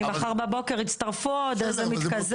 אם מחר בבוקר יצטרפו עוד, זה מתקזז.